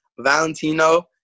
Valentino